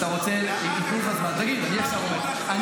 אתה רוצה --- למה אתם לא נותנים אולטימטום להחזרת החטופים?